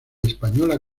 española